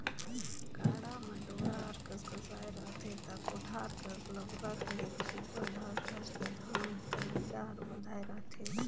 गाड़ा म डोरा हर कसकसाए रहथे ता कोठार कर लमरत ले सुग्घर ठस ठस ले धान कर बीड़ा हर बंधाए रहथे